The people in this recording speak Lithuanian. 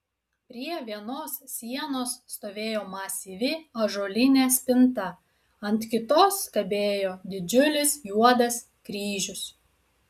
prie vienos sienos stovėjo masyvi ąžuolinė spinta ant kitos kabėjo didžiulis juodas kryžius